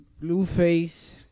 Blueface